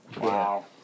Wow